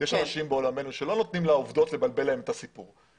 אנשים בעולמנו שלא נותנים לעובדות לבלבל להם את הסיפור.